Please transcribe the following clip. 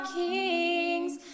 kings